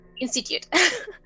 Institute